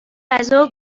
غذا